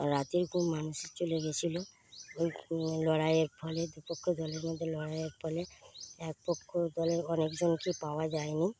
রাতের ঘুম মানুষের চলে গেছিলো এই লড়াইয়ের ফলে বিপক্ষ দলের মধ্যে লড়াইয়ের ফলে এক পক্ষ দলের অনেক জনকে পাওয়া যায় নি